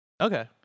Okay